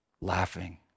laughing